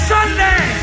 Sunday